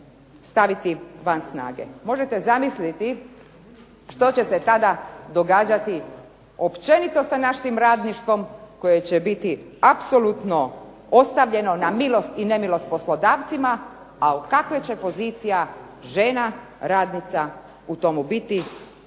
staviti van snage. Možete zamisliti što će se tada događati općenito sa našim radništvom koje će biti apsolutno ostavljeno na milost i nemilost poslodavcima, a u kakvoj će pozicija žena radnica u tome biti